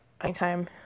anytime